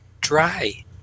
dry